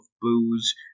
booze